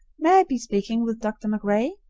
may be speaking with dr. macrae?